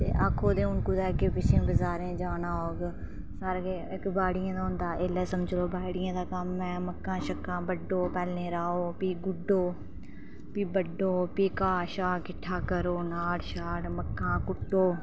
अस हून कुतै अग्गै पिछै बजारे गी जाना होग इक बाडिये दा होंदा इसले समझी लैओ बाड़िये दा कम्म ऐ मक्कां शक्कां बड्ढो पैह्लें राहो फ्ही गुड्डो फ्ही बड्ढो प्ही घा शा किट्ठा करो नाड़ शाड़ मक्कां कुट्टो